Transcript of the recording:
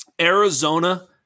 Arizona